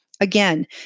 Again